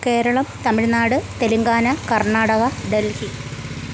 Keralam Tamil Nadu Telangana Karnataka Delhi